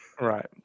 Right